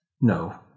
No